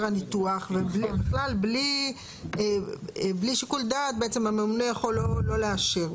הניתוח ובכלל בלי שיקול דעת הממונה יכול לא לאשר.